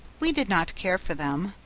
we did not care for them,